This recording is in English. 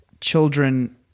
children